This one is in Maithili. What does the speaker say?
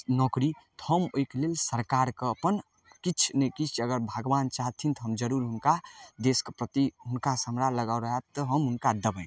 नौकरी तऽ हम ओइके लेल सरकारके अपन किछु नहि किछु अगर भगवान चाहथिन तऽ हम जरूर हुनका देशके प्रति हुनकासँ हमरा लगाब हैत तऽ हम हुनका देबनि